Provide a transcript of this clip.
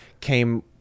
came